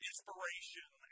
inspiration